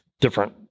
different